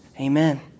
Amen